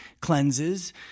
cleanses